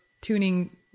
tuning